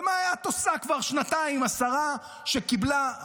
ומה עושה כבר שנתיים השרה שקיבלה,